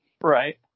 right